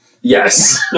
Yes